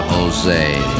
Jose